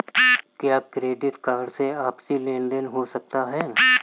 क्या credit card से आपसी लेनदेन हो सकता है?